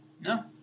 No